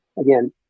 Again